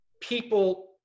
people